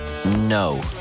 no